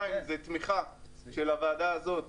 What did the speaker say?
דבר שני, תמיכה של הוועדה הזאת